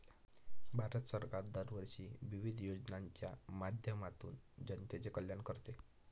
भारत सरकार दरवर्षी विविध योजनांच्या माध्यमातून जनतेचे कल्याण करते